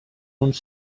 uns